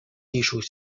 艺术